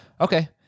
Okay